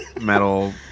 metal